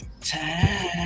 time